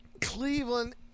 Cleveland